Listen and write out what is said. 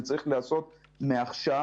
זה צריך להיעשות מעכשיו.